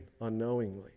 unknowingly